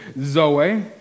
zoe